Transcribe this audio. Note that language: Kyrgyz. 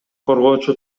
коргоочу